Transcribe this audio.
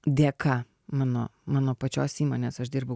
dėka mano mano pačios įmonės aš dirbu